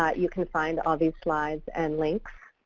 ah you can find all these slides and links